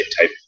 type